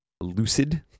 lucid